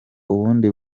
ubundi